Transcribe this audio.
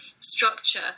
structure